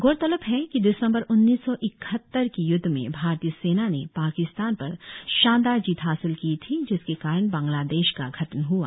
गौरतलब है कि दिसंबर उन्नीस सौ इकहत्तर की य्द्व में भारतीय सेना ने पाकिस्तान पर शानदार जीत हासिल की थी जिसके कारण बंग्लादेश का गठन हआ